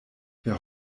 wer